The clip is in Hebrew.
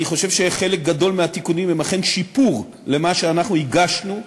אני חושב שחלק גדול מהתיקונים הם אכן שיפור של מה שאנחנו הגשנו,